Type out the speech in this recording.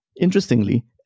Interestingly